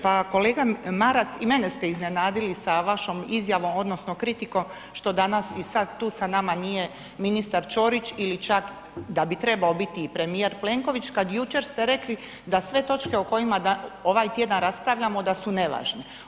Pa kolega Maras, i mene ste iznenadili sa vašom izjavom odnosno kritikom što danas i sad tu sa nama nije ministar Ćorić ili čak da bi trebao biti i premijer Plenković, kad jučer ste rekli da sve točke o kojima ovaj tjedan raspravljamo da su nevažne.